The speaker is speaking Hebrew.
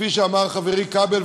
כפי שאמר חברי כבל,